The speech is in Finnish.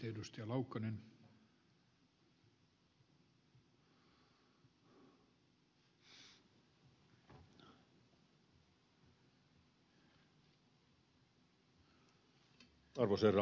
arvoisa herra puhemies